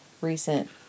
recent